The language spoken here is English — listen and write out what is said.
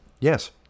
Yes